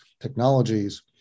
technologies